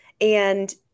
and-